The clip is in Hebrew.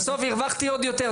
בסוף הרווחתי עוד יותר.